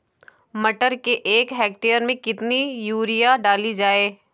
मटर के एक हेक्टेयर में कितनी यूरिया डाली जाए?